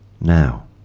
now